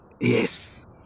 Yes